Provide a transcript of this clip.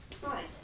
Right